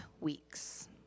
weeks